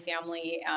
family